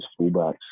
fullbacks